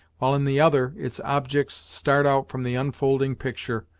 while in the other its objects start out from the unfolding picture,